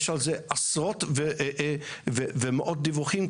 יש על זה עשרות ומאות דיווחים,